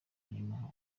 nyuma